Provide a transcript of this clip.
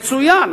מצוין.